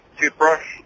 toothbrush